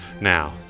Now